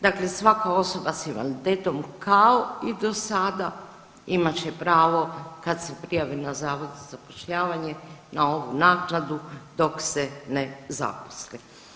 Dakle svaka osoba s invaliditetom kao i do sada imat će pravo kad se prijavi na Zavod za zapošljavanje na ovu naknadu dok se ne zaposli.